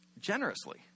Generously